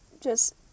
just-